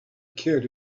kid